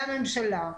מהממשלה,